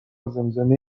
زمزمه